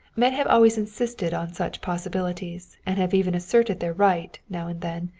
men have always insisted on such possibilities, and have even asserted their right, now and then,